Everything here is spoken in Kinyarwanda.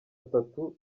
atatu